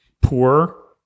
poor